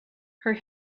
her